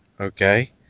Okay